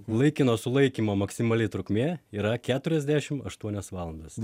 laikino sulaikymo maksimaliai trukmė yra keturiasdešimt aštuonios valandos